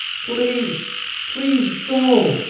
please please go!